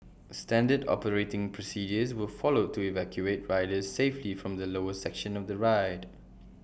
standard operating procedures were followed to evacuate riders safely from the lower section of the ride